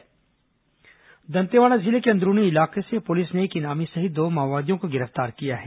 माओवादी गिरफ्तार दंतेवाड़ा जिले के अंदरूनी इलाके से पुलिस ने एक इनामी सहित दो माओवादियों को गिरफ्तार किया है